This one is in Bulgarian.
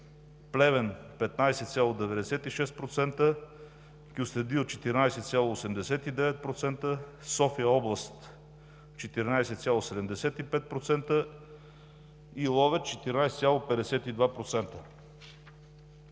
Плевен – 15,96%; Кюстендил – 14,89%; София област – 14,75%; и Ловеч – 14,52%.